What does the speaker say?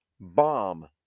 bomb